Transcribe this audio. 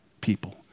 people